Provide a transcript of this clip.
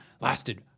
lasted